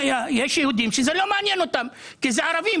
יש יהודים שזה לא מעניין אותם כי זה ערבים,